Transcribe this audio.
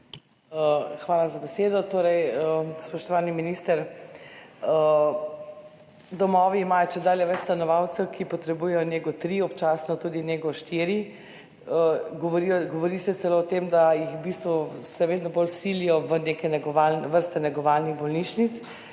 Hvala za besedo. Spoštovani minister, domovi imajo čedalje več stanovalcev, ki potrebujejo nego 3, občasno tudi nego 4, govori se celo o tem, da jih v bistvu vedno bolj silijo v neke vrste negovalnih bolnišnic,